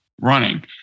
running